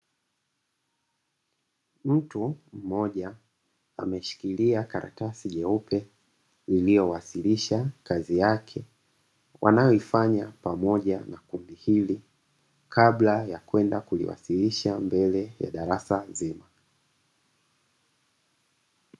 Mtu mmoja ameshikilia karatasi nyeupe iliyowasilisha kazi yake wanayoifanya pamoja na kundi hili, kabla ya kwenda kuiwasilisha mbele ya darasa zima.